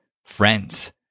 Friends